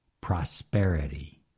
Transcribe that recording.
prosperity